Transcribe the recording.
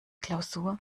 klausur